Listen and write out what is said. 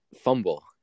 fumble